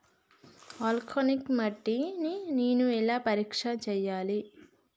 Alkaline మట్టి ని నేను ఎలా పరీక్ష చేయాలి?